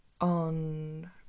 on